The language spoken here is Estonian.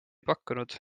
pakkunud